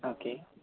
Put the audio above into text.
okay